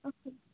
okay